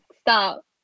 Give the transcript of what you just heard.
Stop